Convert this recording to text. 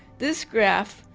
this graph,